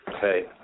hey